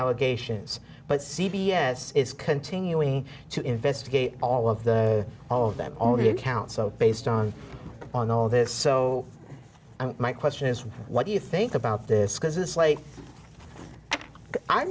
allegations but c b s is continuing to investigate all of the all of them only account so based on on all this so my question is what do you think about this because it's like